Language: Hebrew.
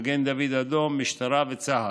מגן דוד אדום, המשטרה וצה"ל.